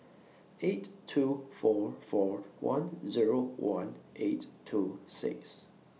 eight two four four one Zero one eight two six